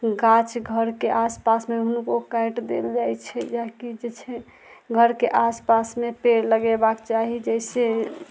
गाछ घरके आसपासमे हुनको काटि देल जाइ छै जेकि जे छै घरके आसपासमे पेड़ लगेबाक चाही जाहिसऽ